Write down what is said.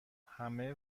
همه